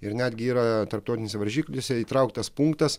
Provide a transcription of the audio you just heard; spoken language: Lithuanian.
ir netgi yra tarptautinėse varžyklėse įtrauktas punktas